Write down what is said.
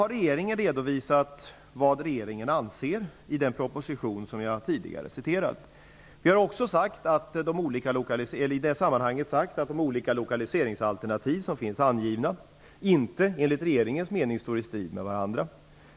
Regeringen har redovisat vad regeringen anser i den proposition som jag tidigare citerade. Vi har i det sammanhanget sagt att de olika lokaliseringsalternativ som finns angivna enligt regeringens mening inte står i strid med varandra.